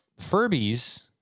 Furbies